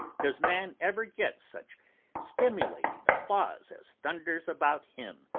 does man ever get such stimulating applause as thunders about him,